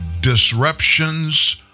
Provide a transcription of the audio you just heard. disruptions